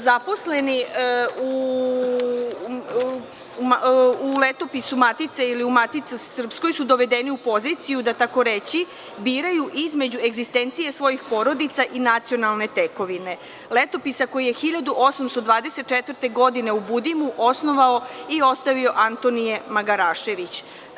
Zaposleni u Letopisu Matice ili u Matici srpskoj su dovedeni u poziciju da tako reći biraju između egzistencije svojih porodica i nacionalne tekovine, Letopisa koji je 1824. godine u Budimu osnovao i ostavio Antonije Magarašević.